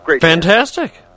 Fantastic